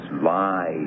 lies